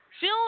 Phil